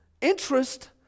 interest